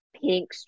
pink